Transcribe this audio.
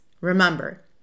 Remember